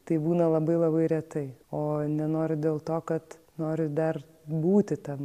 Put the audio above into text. tai būna labai labai retai o nenoriu dėl to kad noriu dar būti tam